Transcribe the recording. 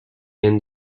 end